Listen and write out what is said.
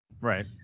Right